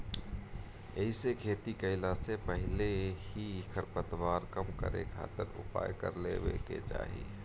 एहिसे खेती कईला से पहिले ही खरपतवार कम करे खातिर उपाय कर लेवे के चाही